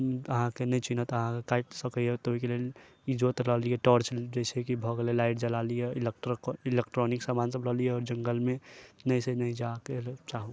अहाँकेँ नहि चिन्हत तऽ अहाँकेँ काटि सकैए तऽ ओहिकेलेल इजोत लऽ लिअ टॉर्च जाहिसँ कि भऽ गेलै लाइट जड़ा लिअ इलेक्ट्रॉनिक सामानसभ लऽ लिअ आओर जंगलमे नहिसे नहि जा कऽ चाहू